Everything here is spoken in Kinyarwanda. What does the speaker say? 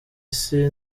isi